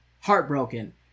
heartbroken